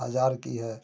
हज़ार की है